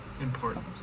important